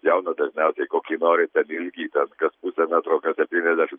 pjauna dažniausiai kokį nori ten ilgį kas kas pusę metro kas septyniasdešim